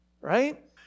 right